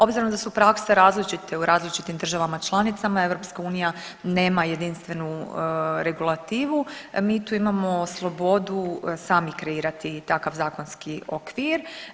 Obzirom da su prakse različite u različitim državama članicama, EU nema jedinstvenu regulativu, mi tu imamo slobodu sami kreirati takav zakonski okvir.